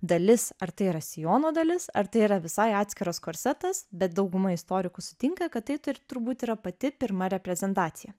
dalis ar tai yra sijono dalis ar tai yra visai atskiras korsetas bet dauguma istorikų sutinka kad tai tur turbūt yra pati pirma reprezentacija